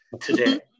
today